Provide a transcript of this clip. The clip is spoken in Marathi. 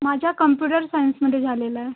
माझा कम्प्युटर सायन्समध्ये झालेलं आहे